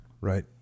right